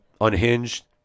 unhinged